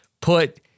put